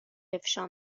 افشا